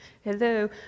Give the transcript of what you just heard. Hello